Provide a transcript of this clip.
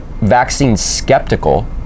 vaccine-skeptical